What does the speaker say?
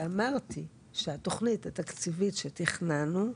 ואמרתי שהתוכנית התקציבית שתכננו,